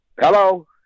Hello